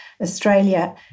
Australia